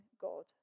God